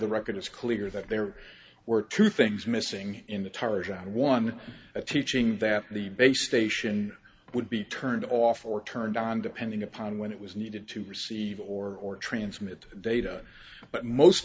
the record is clear that there were two things missing in the tarzan one a teaching that the base station would be turned off or turned on depending upon when it was needed to receive or transmit data but most